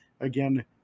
again